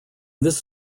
this